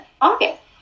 August